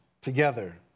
together